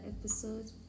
episode